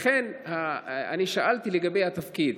לכן, אני שאלתי לגבי התפקיד.